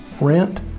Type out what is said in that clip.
rent